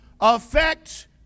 affect